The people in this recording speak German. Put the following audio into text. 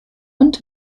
und